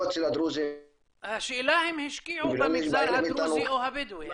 לא אצל הדרוזים --- השאלה אם השקיעו במגזר הדרוזי או הבדואי.